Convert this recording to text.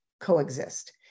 coexist